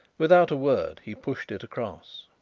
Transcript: without a word he pushed it across.